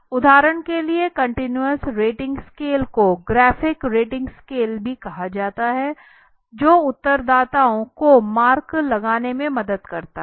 उदाहरण के लिए कंटीन्यूस रेटिंग स्केल को ग्राफ़िक रेटिंग स्केल भी कहा जाता है जो उत्तरदाताओं को मार्क लगाने में मदद करते हैं